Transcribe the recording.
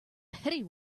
betty